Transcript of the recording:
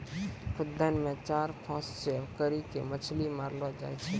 खुद्दन मे चारा फसांय करी के मछली मारलो जाय छै